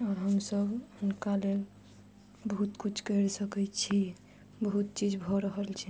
आओर हमसब हुनका लेल बहुत किछु कैर सकैत छी बहुत चीज भऽ रहल छै